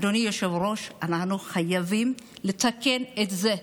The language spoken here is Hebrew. אדוני היושב-ראש, אנחנו חייבים לתקן את זה.